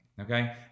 okay